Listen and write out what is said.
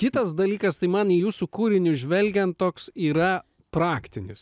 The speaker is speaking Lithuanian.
kitas dalykas tai man į jūsų kūrinius žvelgiant toks yra praktinis